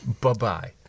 Bye-bye